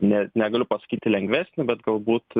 net negaliu pasakyti lengvesnių bet galbūt